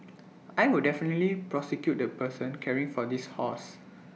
I would definitely prosecute the person caring for this horse